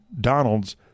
Donalds